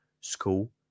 School